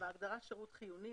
בהגדרת שירות חיוני,